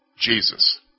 Jesus